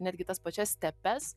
netgi tas pačias stepes